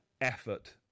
effort